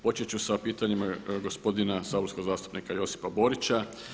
Početi ću sa pitanjima gospodina saborskog zastupnika Josipa Borića.